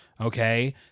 Okay